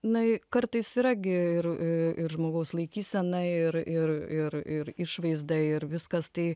na kartais yra gi ir ir žmogaus laikysena ir ir ir ir išvaizda ir viskas tai